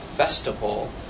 Festival